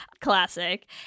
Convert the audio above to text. Classic